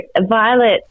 Violet